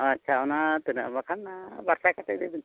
ᱟᱪᱪᱷᱟ ᱚᱱᱟ ᱛᱤᱱᱟᱹᱜ ᱵᱟᱠᱷᱟᱱ ᱱᱟᱦᱟᱜ ᱵᱟᱨ ᱥᱟᱭ ᱠᱟᱛᱮᱫ ᱜᱮ ᱤᱫᱤᱵᱮᱱ